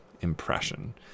impression